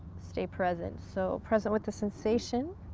stay present. so, present with the sensation.